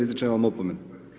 Izričem vam opomenu.